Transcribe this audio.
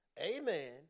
amen